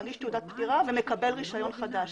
מגיש תעודת פטירה ומקבל רישיון חדש.